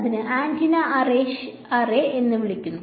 അതിനെ antenna array ശരി എന്ന് വിളിക്കുന്നു